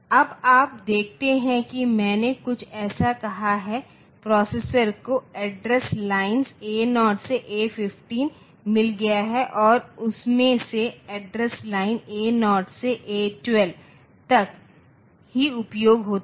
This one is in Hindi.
अब आप देखते हैं कि मैंने कुछ ऐसा कहा है प्रोसेसर को एड्रेस लाइन्स A0 से A15 मिल गया है और उसमें से एड्रेस लाइन A0 से A12 तक ही उपयोग होता है